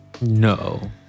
No